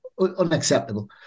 unacceptable